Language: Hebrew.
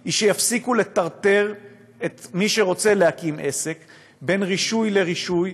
היא שיפסיקו לטרטר את מי שרוצה להקים עסק בין רישוי לרישוי,